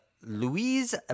louise